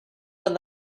with